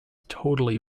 totally